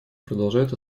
продолжает